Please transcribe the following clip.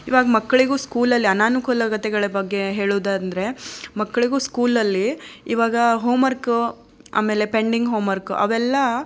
ಇವಾಗ ಮಕ್ಕಳಿಗೂ ಸ್ಕೂಲಲ್ಲಿ ಅನಾನುಕೂಲತೆಗಳ ಬಗ್ಗೆ ಹೇಳೋದಂದ್ರೆ ಮಕ್ಕಳಿಗೂ ಸ್ಕೂಲಲ್ಲಿ ಇವಾಗ ಹೋಮ್ವರ್ಕ್ ಆಮೇಲೆ ಪೆಂಡಿಂಗ್ ಹೋಮ್ವರ್ಕ್ ಅವೆಲ್ಲಾ